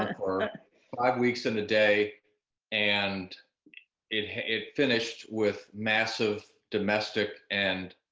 and for five weeks and a day and it it finished with massive domestic and